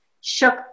shook